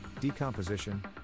decomposition